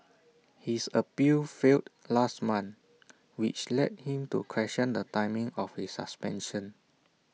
his appeal failed last month which led him to question the timing of his suspension